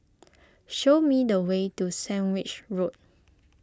show me the way to Sandwich Road